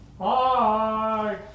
Hi